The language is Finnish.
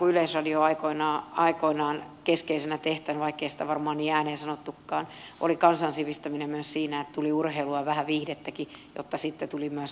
yleisradion aikoinaan keskeisenä tehtävänä vaikkei sitä varmaan niin ääneen sanottukaan oli kansan sivistäminen myös siinä että tuli urheilua ja vähän viihdettäkin jotta sitten tuli myös asiaohjelmaa